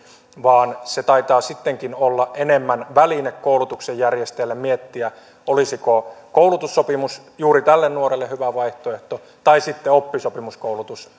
vaan se taitaa sittenkin olla enemmän väline koulutuksen järjestäjälle miettiä olisiko koulutussopimus juuri tälle nuorelle hyvä vaihtoehto vai oppisopimuskoulutus